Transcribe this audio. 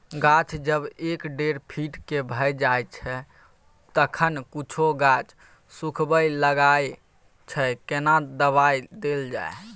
गाछ जब एक डेढ फीट के भ जायछै तखन कुछो गाछ सुखबय लागय छै केना दबाय देल जाय?